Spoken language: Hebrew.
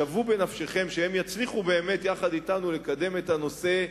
שוו בנפשכם שהם יצליחו באמת יחד אתנו לקדם את הנושא,